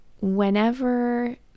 Whenever